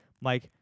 Mike